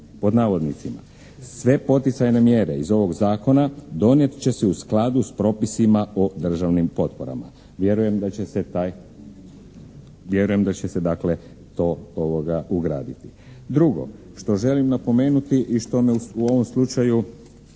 pod navodnicima, "Sve poticajne mjere iz ovog zakona donijet će se u skladu sa propisima o državnim potporama.". Vjerujem da će se taj, vjerujem da će se to ugraditi. Drugo što želim napomenuti i što me u ovom slučaju